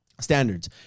standards